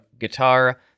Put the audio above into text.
guitar